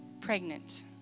pregnant